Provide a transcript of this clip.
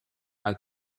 uit